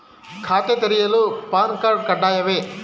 ಖಾತೆ ತೆರೆಯಲು PAN card ಕಡ್ಡಾಯವೇ?